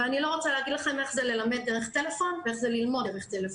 ואני לא רוצה להגיד לכם איך זה ללמד דרך טלפון ואיך זה ללמוד דרך טלפון,